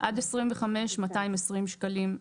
עד 25 -220 שקלים.